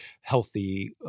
healthy –